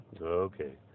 okay